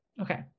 Okay